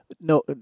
no